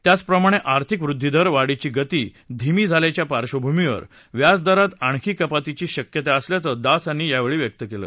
त्याचप्रमाणे आर्थिक वृद्वीदर वाढीची गती धीमी झाल्याच्या पार्श्वभूमीवर व्याजदरात आणखी कपातीची शक्यता असल्याचं दास यांनी यावेळी सांगितलं